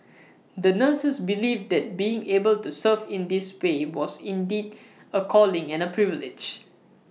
the nurses believed that being able to serve in this way was indeed A calling and A privilege